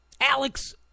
Alex